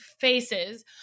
faces